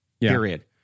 period